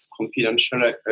confidential